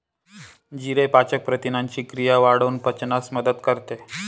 जिरे पाचक प्रथिनांची क्रिया वाढवून पचनास मदत करते